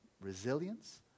resilience